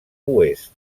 oest